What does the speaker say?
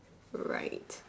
right